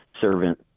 servant –